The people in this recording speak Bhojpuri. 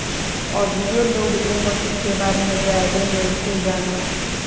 अभीयो लोग ए मशीन के बारे में ज्यादे नाइखे जानत